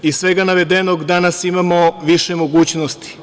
Iz svega navedenog, danas imamo više mogućnosti.